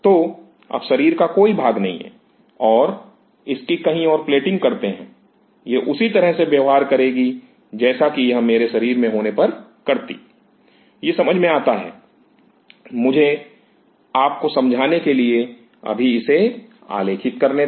तो अब शरीर का कोई भाग नहीं है और इसे कहीं और प्लेट करते हैं यह उसी तरह से व्यवहार करेगी जैसा कि यह मेरे शरीर में होने पर करती यह समझ में आता है मुझे आप को समझाने के लिए इसे अभी आलेखित करने दें